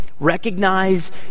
Recognize